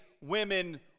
women